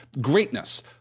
greatness